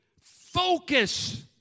focus